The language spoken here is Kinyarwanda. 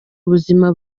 ubuzima